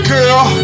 Girl